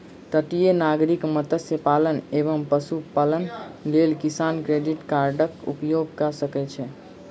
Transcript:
तटीय नागरिक मत्स्य पालन एवं पशुपालनक लेल किसान क्रेडिट कार्डक उपयोग कय सकै छै